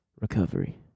Recovery